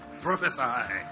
prophesy